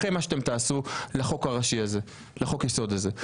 אחרי מה שאתם תעשו לחוק היסוד הזה.